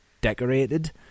decorated